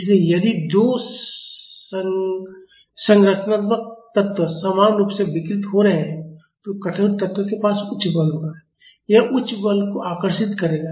इसलिए यदि दो संरचनात्मक तत्व समान रूप से विकृत हो रहे हैं तो कठोर तत्व के पास उच्च बल होगा यह उच्च बल को आकर्षित करेगा